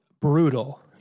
brutal